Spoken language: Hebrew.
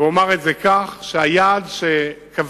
ואומר את זה כך, שהיעד שקבעתי,